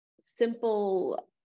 simple